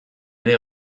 ere